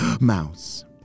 mouse